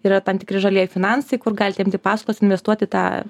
yra tam tikri žalieji finansai kur galite imti paskolas investuoti tą